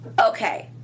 okay